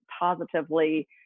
positively